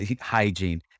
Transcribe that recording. hygiene